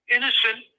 Innocent